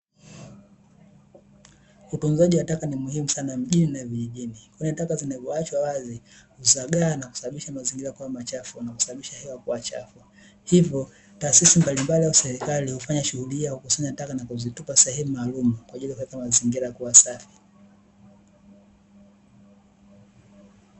Utunzaji wa taka ni muhimu sana mjini na vijijini, kwani taka zinavyoachwa wazi huzagaa na kusababisha mazingira kuwa machafu na kusababisha hewa kuwa chafu. Hivyo taasisi mbali mbali au serikali hufanya shughuli hii ya kukusanya taka na kuzitupa sehemu maalumu kwa ajili ya kuweka mazingira na kuwa safi.